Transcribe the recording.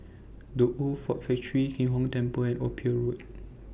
The Old Ford Factory Kim Hong Temple and Ophir Road